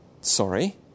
sorry